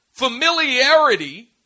Familiarity